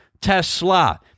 Tesla